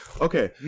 Okay